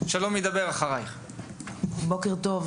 בוקר טוב.